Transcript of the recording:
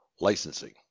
Licensing